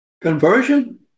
Conversion